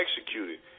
executed